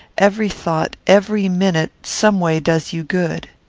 every thought, every minute, someway does you good.